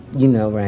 you know